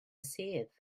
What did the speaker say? sedd